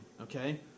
Okay